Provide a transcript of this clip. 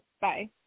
Bye